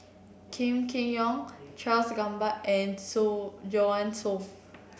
Kam Kee Yong Charles Gamba and Soo Joanne Soo